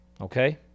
Okay